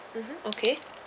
mmhmm okay